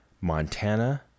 Montana